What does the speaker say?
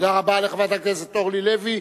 תודה רבה לחברת הכנסת אורלי לוי.